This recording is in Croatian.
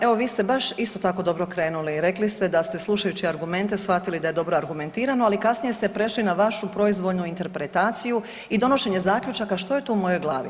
Evo, vi ste baš isto tako dobro krenuli, rekli ste da ste slušajući argumente shvatili da je dobro argumentirano, ali kasnije ste prešli na vašu proizvoljnu interpretaciju i donošenje zaključaka što je to u mojoj glavi.